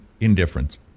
indifference